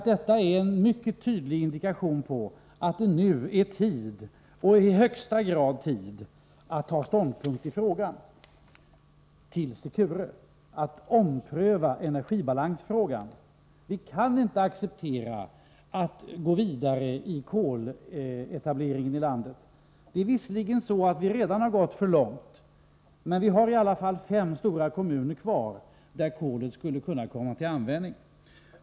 Detta är en mycket tydlig indikation på att det nu är i högsta grad tid att ta ställning i fråga om Secure och ompröva energibalansen. Vi kan inte acceptera att man går vidare med koletableringen i landet. Visserligen har vi redan gått för långt, men det finns i alla fall fem stora kommuner kvar, där kolet skulle kunna komma till användning.